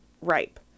ripe